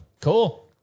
cool